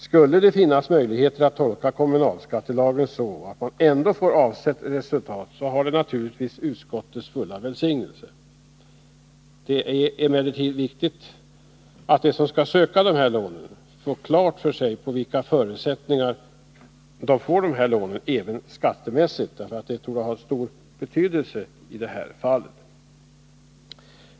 Skulle det finnas möjligheter att tolka kommunalskattelagen så, att man ändå får avsett resultat, har det naturligtvis utskottets fulla välsignelse. Det är emellertid viktigt att de som skall söka de här lånen får klart för sig vilka förutsättningarna är även skattemässigt. Jag tror att det har stor betydelse i det här fallet.